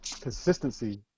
consistency